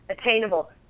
attainable